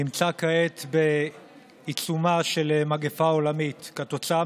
נמצא כעת בעיצומה של מגפה עולמית כתוצאה